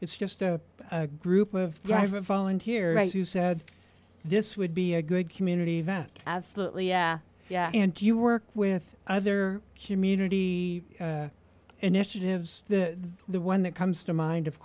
it's just a group of private volunteers who said this would be a good community event absolutely yeah yeah do you work with other community initiatives the the one that comes to mind of